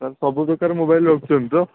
ତା'ହେଲେ ସବୁପ୍ରକାର ମୋବାଇଲ୍ ରଖୁଛନ୍ତି ତ